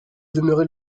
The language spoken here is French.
demeurer